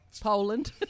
Poland